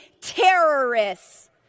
terrorists